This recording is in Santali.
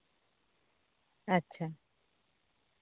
ᱟᱪᱪᱷᱟ